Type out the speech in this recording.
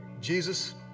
Jesus